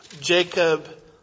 Jacob